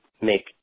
make